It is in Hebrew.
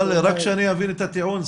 רק שאני אבין את הטיעון,